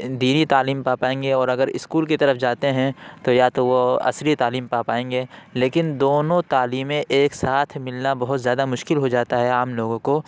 دینی تعلیم پا پائیں گے اور اگر اسکول کی طرف جاتے ہیں تو یا تو وہ عصری تعلیم پا پائیں گے لیکن دونوں تعلیمیں ایک ساتھ ملنا بہت زیادہ مشکل ہو جاتا ہے عام لوگوں کو